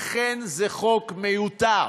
אכן, זה חוק מיותר,